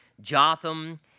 Jotham